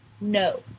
no